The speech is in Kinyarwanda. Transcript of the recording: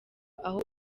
aho